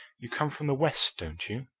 you come from the west, don't you?